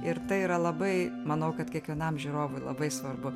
ir tai yra labai manau kad kiekvienam žiūrovui labai svarbu